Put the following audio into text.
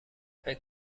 فکر